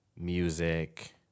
music